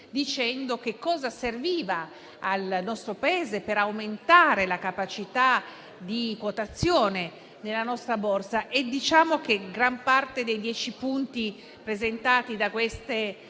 dicendo che cosa serviva al nostro Paese per aumentare la capacità di quotazione nella nostra Borsa. Gran parte dei dieci punti presentati dalle